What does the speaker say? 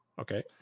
Okay